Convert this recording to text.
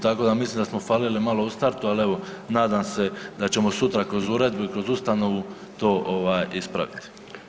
Tako da mislim da smo falili malo u startu, ali evo nadam se da ćemo sutra kroz uredbu i kroz ustanovu to ispraviti.